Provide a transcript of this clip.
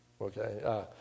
Okay